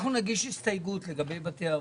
אנחנו נגיש הסתייגות לגבי בתי האבות,